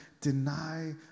deny